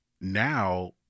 now